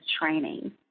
training